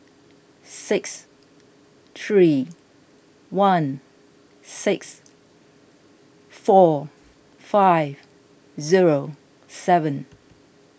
six three one six four five zero seven